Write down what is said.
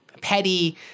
petty